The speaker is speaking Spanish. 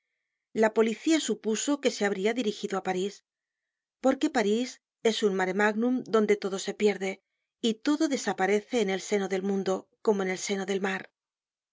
la policía supuso que se habria dirigido á parís porque parís es un mure magnum donde todo se pierde y todo desaparece en el seno del mundo como en el seno del mar